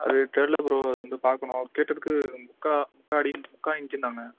அது தெரில ப்ரோ அது வந்து பார்க்கணும் கேட்டதுக்கு முக்கால் முக்கால் அடி முக்கால் இன்ச்சுன்னாங்க